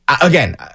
Again